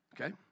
Okay